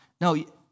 No